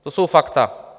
To jsou fakta.